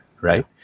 Right